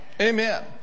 Amen